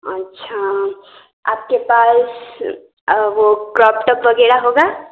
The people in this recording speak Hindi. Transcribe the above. अच्छा आपके पास वो क्रॉप टॉप वग़ैरह होगा